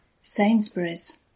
Sainsbury's